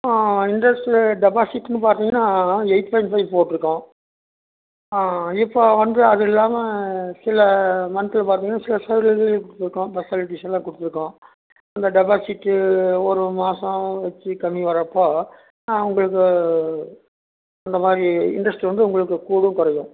ஆ interest டெபாசிட்ன்னு பார்த்தீங்கனா eight point five போட்டுருக்கோம் இப்போது வந்து அது இல்லாமல் சில மந்தில் பார்த்தீங்கனா சில சவுரியங்கள் இருக்கும் பெசிலிட்டிஸெல்லாம் கொடுத்துருக்கோம் அந்த டெபாசிட்டு ஒரு மாதம் வச்சி கம்மி வர்றப்போ உங்களுக்கு அந்த மாதிரி இன்ட்ரஸ்ட் வந்து உங்களுக்கு கூடும் குறையும்